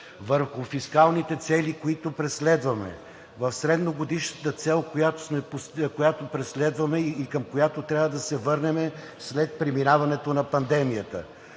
върху фискалните цели, които преследваме, в средногодишната цел, която преследваме и към която трябва да се върнем след преминаването на пандемията.